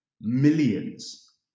millions